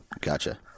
gotcha